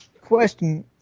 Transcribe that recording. question